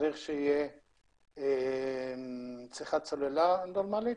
צריך שתהיה צריכת סלולה נורמלית.